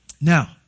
Now